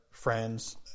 friends